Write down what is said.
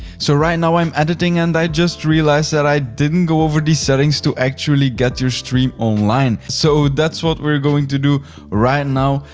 so right now i'm editing and i just realized that i didn't go over the settings to actually get your stream online. so that's what we're going to do right now.